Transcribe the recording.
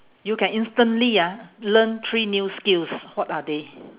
you can instantly ah learn three new skills what are they